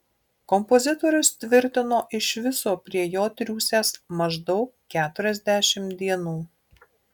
kompozitorius tvirtino iš viso prie jo triūsęs maždaug keturiasdešimt dienų